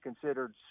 considered